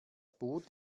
boot